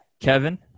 Kevin